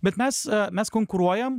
bet mes mes konkuruojam